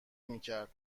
میکرد